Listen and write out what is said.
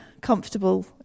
comfortable